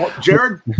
Jared